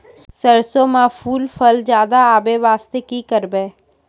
सरसों म फूल फल ज्यादा आबै बास्ते कि करबै?